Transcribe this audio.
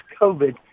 covid